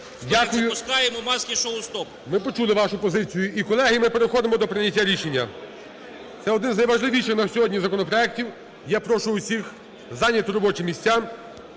Ми почули вашу позицію. І, колеги, ми переходимо до прийняття рішення. Це один з найважливіших у нас сьогодні законопроектів. Я прошу всіх зайняти робочі місця.